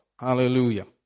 Hallelujah